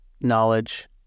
knowledge